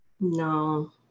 no